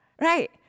Right